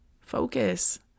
focus